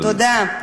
תודה.